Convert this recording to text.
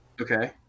Okay